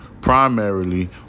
primarily